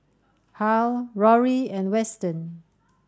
Harl Rory and Weston